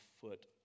foot